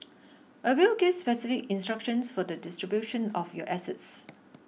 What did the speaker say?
a will gives specific instructions for the distribution of your assets